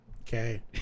Okay